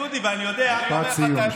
דודי, ואני יודע, משפט סיום.